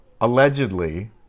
allegedly